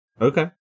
Okay